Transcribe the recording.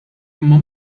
imma